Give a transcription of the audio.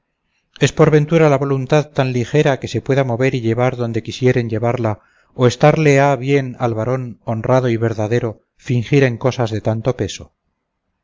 es por ventura la voluntad tan ligera que se pueda mover y llevar donde quisieren llevarla o estarle ha bien al varón honrado y verdadero fingir en cosas de tanto peso